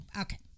Okay